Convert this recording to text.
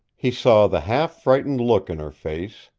he saw the half frightened look in her face,